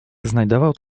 znajdował